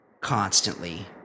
constantly